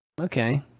Okay